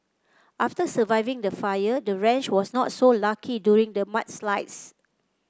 after surviving the fire the ranch was not so lucky during the mudslides